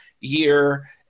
year